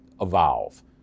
evolve